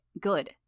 Good